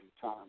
Time